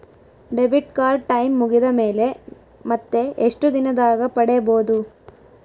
Debit card time ಮುಗಿದ ಮೇಲೆ ಮತ್ತೆ ಎಷ್ಟು ದಿನದಾಗ ಪಡೇಬೋದು?